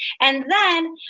and then,